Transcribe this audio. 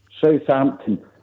Southampton